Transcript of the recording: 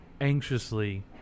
anxiously